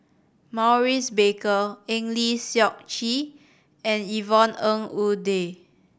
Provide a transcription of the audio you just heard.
Maurice Baker Eng Lee Seok Chee and Yvonne Ng Uhde